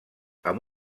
amb